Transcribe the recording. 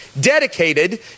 dedicated